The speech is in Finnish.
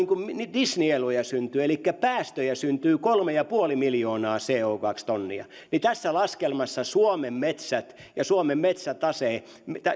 dis nieluja syntyy elikkä päästöjä syntyy kolme pilkku viisi miljoonaa co tonnia niin tässä laskelmassa suomen metsät ja suomen metsätase